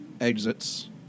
exits